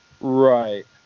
Right